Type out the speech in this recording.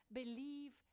believe